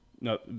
No